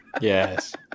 Yes